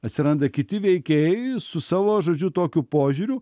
atsiranda kiti veikėjai su savo žodžiu tokiu požiūriu